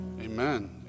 amen